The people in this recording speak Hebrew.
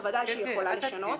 בוודאי שהיא יכולה לשנות.